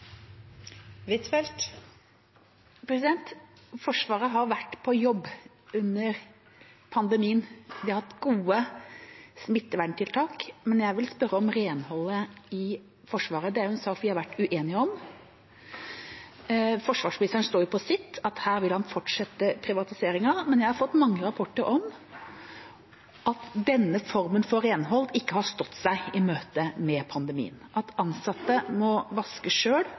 Forsvaret har vært på jobb under pandemien. De har hatt gode smitteverntiltak, men jeg vil spørre om renholdet i Forsvaret. Det er en sak vi har vært uenige om. Forsvarsministeren står på sitt, at her vil han fortsette privatiseringen, men jeg har fått mange rapporter om at denne formen for renhold ikke har stått seg i møte med pandemien – at ansatte må vaske sjøl,